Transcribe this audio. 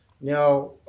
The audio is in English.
Now